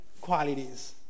qualities